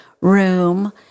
room